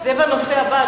זה בנושא הבא,